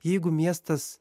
jeigu miestas